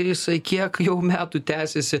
ir jisai kiek jau metų tęsiasi